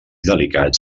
delicats